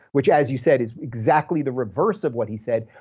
which as you said, is exactly the reverse of what he said.